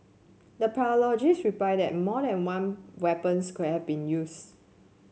the pathologist replied that more than one weapons could have been used